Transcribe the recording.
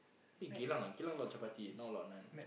eh Geylang ah Geylang a lot of chapati not a lot of naan